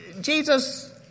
Jesus